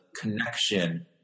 connection